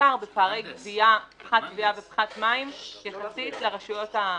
ובעיקר בפערי גבייה פחת גבייה ופחת מים יחסית לרשויות החזקות,